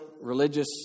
religious